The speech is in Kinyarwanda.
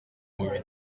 mubiri